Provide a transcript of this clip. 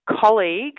colleague